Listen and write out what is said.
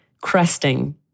cresting